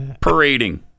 parading